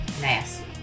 nasty